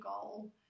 goal